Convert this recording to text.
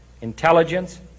intelligence